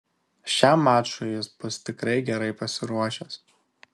šiam mačui jis bus tikrai gerai pasiruošęs